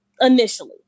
initially